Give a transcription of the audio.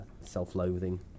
self-loathing